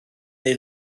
neu